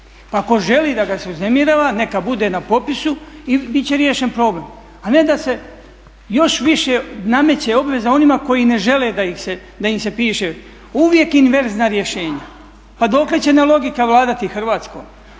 Pa tko želi da ga se uznemirava neka bude na popisu i bit će riješen problem, a ne da se još više nameće obveza onima koji ne žele da im se piše uvijek inverzna rješenja. Pa dokle će nelogika vladati Hrvatskom.